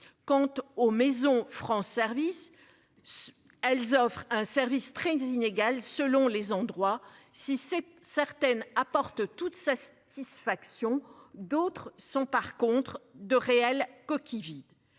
compte au maison France Service. Elles offrent un service très inégale selon les endroits. Si cette certaines apporte toutes celles qui s'factions. D'autres sont par contre de réels coquille vide